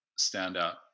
standout